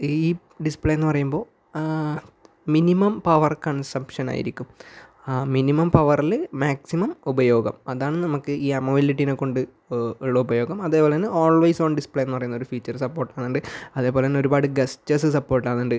ഈ ഡിസ്പ്ലേ എന്ന് പറയുമ്പോൾ മിനിമം പവർ കൺസപ്ഷൻ ആയിരിക്കും ആ മിനിമം പവറിൽ മാക്സിമം ഉപയോഗം അതാണ് നമുക്ക് ഈ അമോലെഡിനെ കൊണ്ട് ഉള്ള ഉപയോഗം അതേപോലെ തന്നെ ഓൾവയ്സ് ഓൺ ഡിസ്പ്ലേ എന്ന് പറയുന്ന ഒരു ഫീച്ചർ സപ്പോർട്ട് ആവുന്നുണ്ട് അതേപോലെ തന്നെ ഒരുപാട് ഗസ്റ്റേഴ്സ് സപ്പോർട്ട് ആകുന്നുണ്ട്